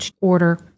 order